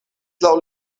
laŭ